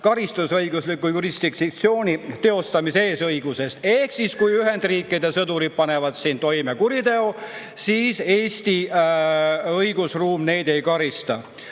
karistusõigusliku jurisdiktsiooni teostamise eesõigusest. Ehk siis, kui Ühendriikide sõdurid panevad siin toime kuriteo, siis Eesti õigusruum neid ei karista.